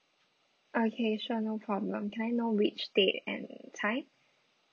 okay sure no problem can I know which day and time